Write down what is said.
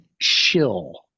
chill